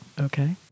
Okay